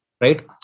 right